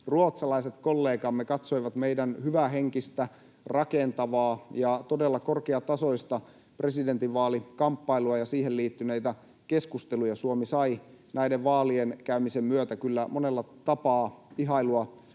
ruotsalaiset kollegamme katsoivat meidän hyvähenkistä, rakentavaa ja todella korkeatasoista presidentinvaalikamppailua ja siihen liittyneitä keskusteluja. Suomi sai näiden vaalien käymisen myötä kyllä monella tapaa ihailua